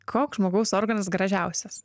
koks žmogaus organas gražiausias